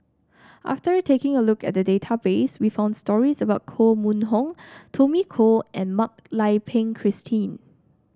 after taking a look at the database we found stories about Koh Mun Hong Tommy Koh and Mak Lai Peng Christine